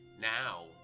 Now